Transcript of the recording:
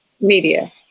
media